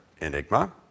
enigma